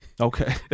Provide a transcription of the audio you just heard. okay